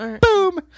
Boom